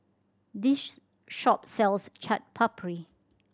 this shop sells Chaat Papri